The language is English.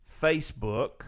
Facebook